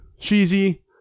Cheesy